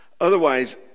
otherwise